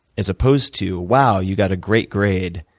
as opposed to, wow, you got a great grade.